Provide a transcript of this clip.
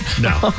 No